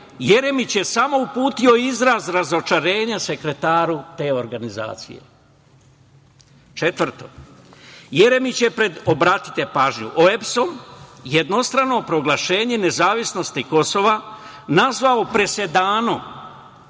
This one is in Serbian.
Jeremić je samo uputio izraz razočarenja sekretaru te organizacije. Četvrto, Jeremić je, obratite pažnju, pred OEBS jednostrano proglašenje nezavisnosti Kosova nazvao presedanom,